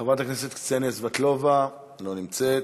חברת הכנסת קסניה סבטלובה, לא נמצאת,